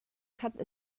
khat